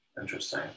Interesting